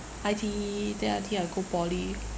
I_T_E then I think I go poly